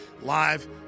live